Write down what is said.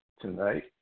tonight